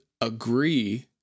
agree